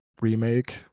remake